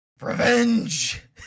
revenge